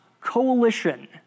coalition